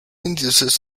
induces